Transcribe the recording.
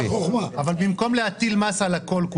במקום להטיל מס על הכול,